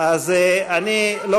אני לא